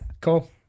cool